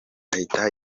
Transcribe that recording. ahita